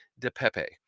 DePepe